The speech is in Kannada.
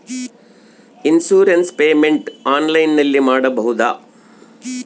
ಇನ್ಸೂರೆನ್ಸ್ ಪೇಮೆಂಟ್ ಆನ್ಲೈನಿನಲ್ಲಿ ಮಾಡಬಹುದಾ?